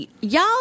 y'all